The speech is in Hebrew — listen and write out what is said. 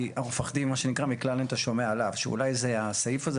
כי אנחנו מפחדים ממה שנקרא --- שאולי זה הסעיף הזה.